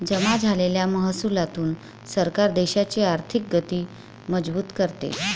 जमा झालेल्या महसुलातून सरकार देशाची आर्थिक गती मजबूत करते